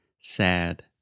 sad